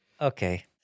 okay